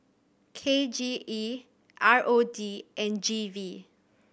K J E R O D and G V